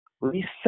reset